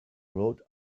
rode